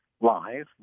live